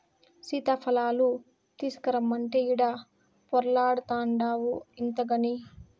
సీతాఫలాలు తీసకరమ్మంటే ఈడ పొర్లాడతాన్డావు ఇంతగని